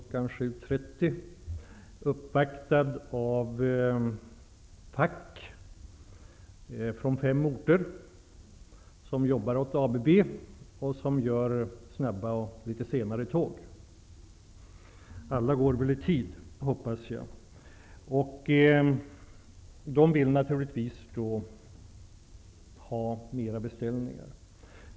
7.30 i går morse uppvaktades av facken från fem orter där man jobbar åt ABB och gör snabba och litet mindre snabba tåg. De ville naturligtvis ha mera beställningar.